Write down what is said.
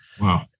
Wow